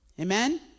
amen